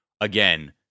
again